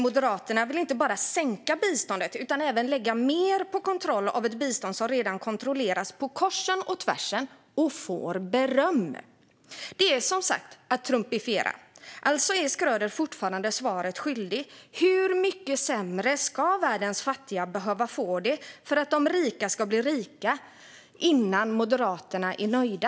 Moderaterna vill inte bara sänka biståndet utan även lägga mer på kontroll av ett bistånd som redan kontrolleras på korsen och tvärsen och får beröm. Det är som sagt att trumpifiera. Alltså är Schröder fortfarande svaret skyldig. Hur mycket sämre ska världens fattiga behöva få det för att de rika ska bli rikare innan Moderaterna är nöjda?